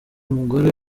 umugore